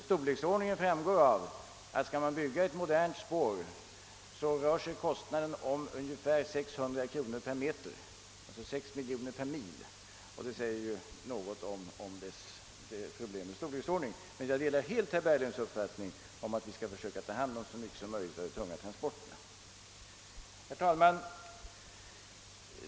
Storleken av investeringarna framgår av att ett modernt spår kostar ungefär 600 kronor per meter, eller 6 miljoner kronor per mil. Jag delar emellertid som sagt herr Berglunds uppfattning, att SJ bör försöka ta hand om så stor del som möjligt av de tunga transporterna. Herr talman!